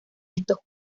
estos